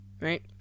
right